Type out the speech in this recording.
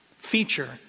feature